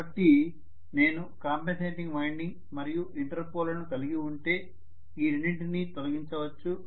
కాబట్టి నేను compensating winding మరియు ఇంటర్పోల్లను కలిగి ఉంటే ఈ రెండింటినీ తొలగించవచ్చు